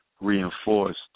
reinforced